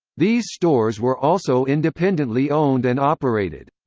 these stores were also independently owned and operated.